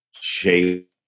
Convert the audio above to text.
shape